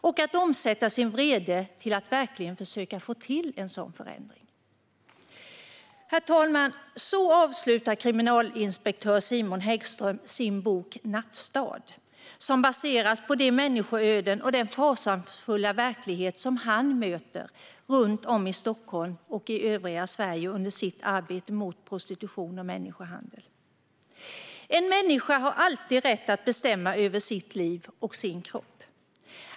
och omsätta sin vrede till att försöka få till en positiv förändring" - så, herr talman, avslutar kriminalinspektör Simon Häggström sin bok Nattstad, som baseras på de människoöden och den fasansfulla verklighet som han möter runt om i Stockholm och i övriga Sverige under sitt arbete mot prostitution och människohandel. En människa har alltid rätt att bestämma över sitt liv och sin kropp.